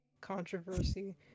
controversy